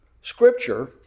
Scripture